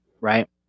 right